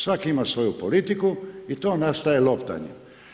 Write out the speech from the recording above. Svak ima svoju politiku i to nastaje loptanje.